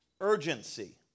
Urgency